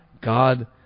God